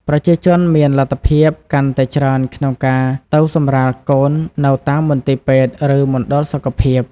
ប្រជាជនមានលទ្ធភាពកាន់តែច្រើនក្នុងការទៅសម្រាលកូននៅតាមមន្ទីរពេទ្យឬមណ្ឌលសុខភាព។